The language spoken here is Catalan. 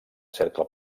cercle